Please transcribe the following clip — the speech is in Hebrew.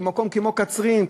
מקום כמו קצרין,